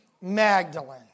Magdalene